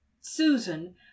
Susan